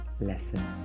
lesson